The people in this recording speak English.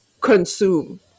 consume